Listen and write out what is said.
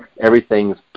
everything's